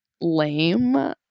lame